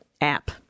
app